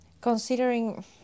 considering